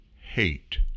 hate